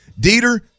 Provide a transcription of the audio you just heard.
Dieter